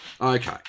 Okay